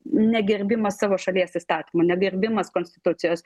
negerbimas savo šalies įstatymų negerbimas konstitucijos